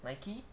Nike